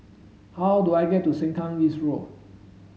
how do I get to Sengkang East Road